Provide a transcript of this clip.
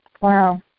Wow